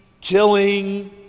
killing